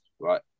right